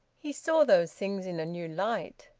he saw those things in a new light.